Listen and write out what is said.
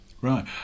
right